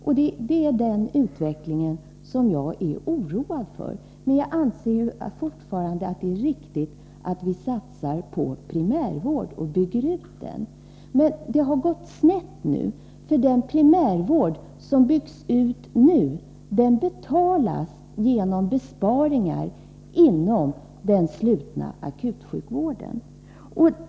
Det är den utvecklingen som jag är oroad för. Jag anser dock fortfarande att det är riktigt att satsa på primärvården och på att bygga ut denna. Men något har gått snett, för den primärvård som nu byggs ut betalas genom besparingar inom den slutna akutsjukvården.